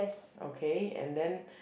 okay and then